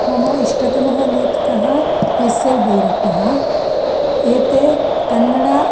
मम इष्टतमः लेखकः एस् एल् भैरप्पः एते कन्नड